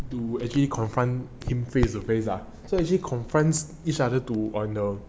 to actually confront him face to face ah so actually confront each other to on the